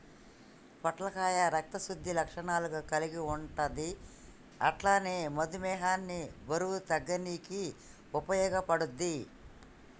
పొట్లకాయ రక్త శుద్ధి లక్షణాలు కల్గి ఉంటది అట్లనే మధుమేహాన్ని బరువు తగ్గనీకి ఉపయోగపడుద్ధి